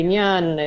בניין,